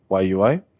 YUI